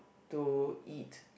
to eat